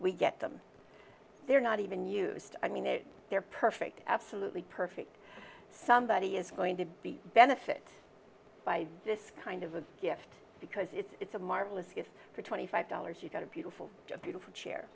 we get them they're not even used i mean it they're perfect absolutely perfect somebody is going to be benefit by this kind of a gift because it's a marvelous gift for twenty five dollars you got a beautiful beautiful